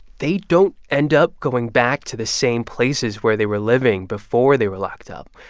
they don't end up going back to the same places where they were living before they were locked up.